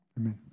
Amen